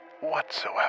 whatsoever